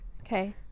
Okay